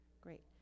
great